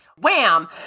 Wham